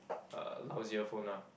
uh lousier phone ah